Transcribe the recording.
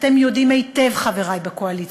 אתם יודעים היטב, חברי מהקואליציה,